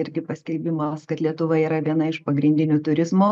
irgi paskelbimas kad lietuva yra viena iš pagrindinių turizmo